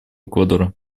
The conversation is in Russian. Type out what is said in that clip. эквадора